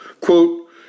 quote